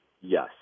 Yes